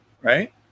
right